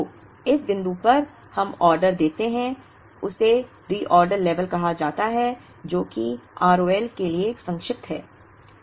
तो जिस बिंदु पर हम ऑर्डर देते हैं उसे रीऑर्डर लेवल कहा जाता है जो कि R O L के लिए संक्षिप्त है